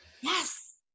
Yes